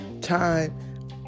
time